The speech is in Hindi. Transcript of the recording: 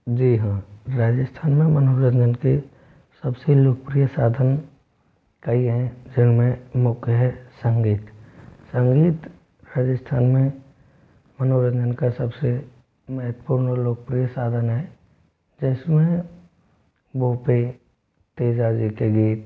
जी हाँ राजस्थान में मनोरंजन के सबसे लोकप्रिय साधन कई हैं जिनमें मुख्य है संगीत संगीत राजस्थान में मनोरंजन का सबसे महत्वपूर्ण और लोकप्रिय साधन है जिसमें भोपे तेजा जी के गीत